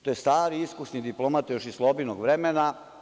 To je stari iskusni diplomata još iz Slobinog vremena.